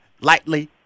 lightly